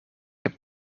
heb